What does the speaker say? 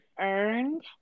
earned